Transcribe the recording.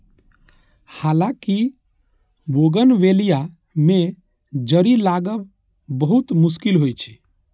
हालांकि बोगनवेलिया मे जड़ि लागब बहुत मुश्किल होइ छै